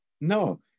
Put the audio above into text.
No